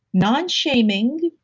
non shaming,